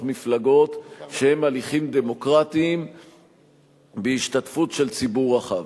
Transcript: מפלגות שהם הליכים דמוקרטיים בהשתתפות של ציבור רחב.